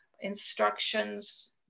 instructions